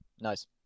Nice